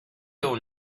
you